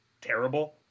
terrible